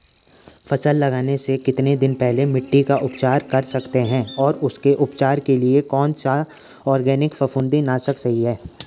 फसल लगाने से कितने दिन पहले मिट्टी का उपचार कर सकते हैं और उसके उपचार के लिए कौन सा ऑर्गैनिक फफूंदी नाशक सही है?